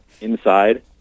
inside